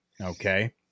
okay